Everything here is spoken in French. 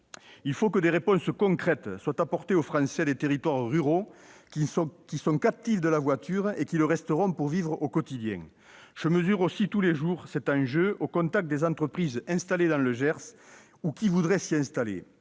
Il faut que des réponses concrètes soient apportées aux Français des territoires ruraux qui sont et resteront captifs de la voiture pour vivre au quotidien. Je mesure tous les jours, au contact des entreprises installées dans le Gers ou qui voudraient s'y installer,